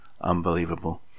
Unbelievable